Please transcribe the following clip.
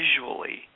visually